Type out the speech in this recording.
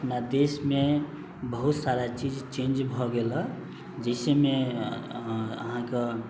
हमरा देशमे बहुत सारा चीज चेन्ज भए गेल यऽ जिसमे अहाँके